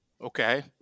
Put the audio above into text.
Okay